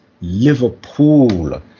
Liverpool